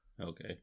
Okay